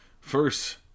First